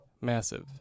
massive